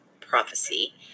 prophecy